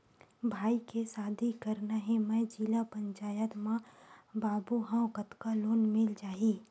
भाई के शादी करना हे मैं जिला पंचायत मा बाबू हाव कतका लोन मिल जाही?